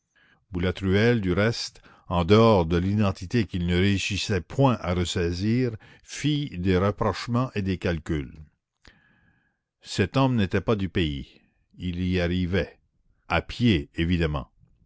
boulatruelle du reste en dehors de l'identité qu'il ne réussissait point à ressaisir fit des rapprochements et des calculs cet homme n'était pas du pays il y arrivait à pied évidemment